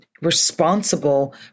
responsible